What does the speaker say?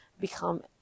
become